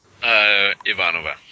Ivanova